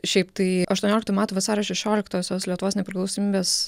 šiaip tai aštuonioliktų metų vasario šešioliktosios lietuvos nepriklausomybės